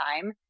time